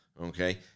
Okay